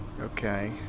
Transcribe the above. Okay